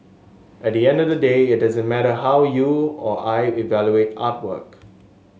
at the end of the day it doesn't matter how you or I evaluate artwork